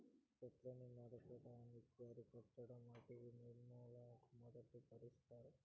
చెట్లను నరకటాన్ని అరికట్టడం అటవీ నిర్మూలనకు మొదటి పరిష్కారం